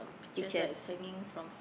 peaches